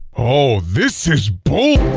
oh, this is bull